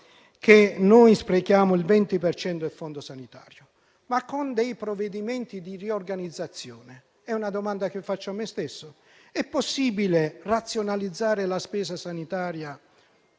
che noi sprechiamo il 20 per cento del fondo sanitario, ma con dei provvedimenti di riorganizzazione - è una domanda che faccio a me stesso - è possibile razionalizzare la spesa sanitaria